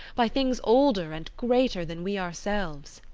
by things older and greater than we ourselves